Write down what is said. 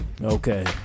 okay